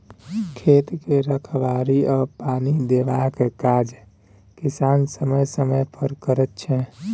खेत के रखबाड़ी आ पानि देबाक काज किसान समय समय पर करैत छै